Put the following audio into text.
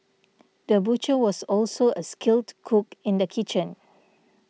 the butcher was also a skilled cook in the kitchen